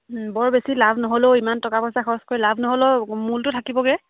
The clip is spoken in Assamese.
বৰ বেছি লাভ নহ'লেও ইমান টকা পইচা খৰচ কৰি লাভ নহ'লেও মূলটো থাকিবগৈ